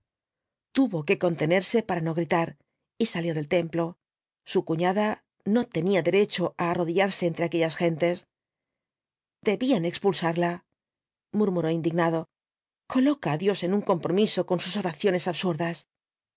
tuvo que contenerse para no gritar y salió del templo su cuñada no tenía derecho á arrodillarse entre aquellas gentes debían expulsarla murmuró indignado coloca á dios en un compromiso con sus oraciones absurdas